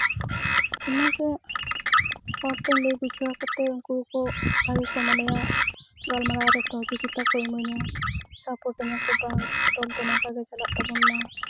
ᱚᱱᱟᱜᱮ ᱦᱚᱲᱛᱮᱧ ᱞᱟᱹᱭ ᱵᱩᱡᱷᱟᱹᱣᱟᱠᱚ ᱛᱮ ᱩᱱᱠᱩ ᱦᱚᱸ ᱵᱷᱟᱜᱤ ᱠᱚ ᱢᱚᱱᱮᱭᱟ ᱜᱟᱞᱢᱟᱨᱟᱣ ᱨᱮ ᱥᱚᱦᱚᱡᱳᱜᱤᱛᱟ ᱠᱚ ᱤᱢᱟᱹᱧᱟ ᱥᱟᱯᱳᱪᱤᱧᱟᱹ ᱠᱚ ᱵᱟᱝ ᱫᱚᱞ ᱫᱚ ᱱᱚᱝᱠᱟ ᱜᱮ ᱪᱟᱞᱟᱜ ᱛᱟᱵᱚᱱ ᱢᱟ